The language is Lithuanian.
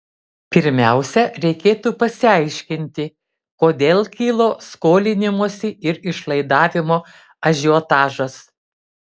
pirmiausia reikėtų pasiaiškinti kodėl kilo skolinimosi ir išlaidavimo ažiotažas